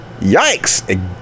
yikes